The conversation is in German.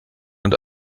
und